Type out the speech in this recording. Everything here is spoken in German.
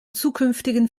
zukünftigen